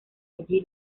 allí